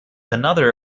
another